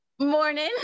Morning